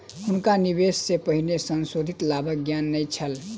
हुनका निवेश सॅ पहिने संशोधित लाभक ज्ञान नै छल